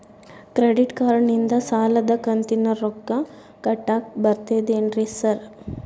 Credit ಕಾರ್ಡನಿಂದ ಸಾಲದ ಕಂತಿನ ರೊಕ್ಕಾ ಕಟ್ಟಾಕ್ ಬರ್ತಾದೇನ್ರಿ ಸಾರ್?